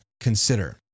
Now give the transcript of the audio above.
consider